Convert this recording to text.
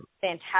fantastic